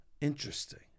Interesting